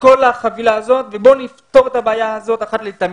כל החבילה הזאת ובוא נפתור את הבעיה הזאת אחת לתמיד,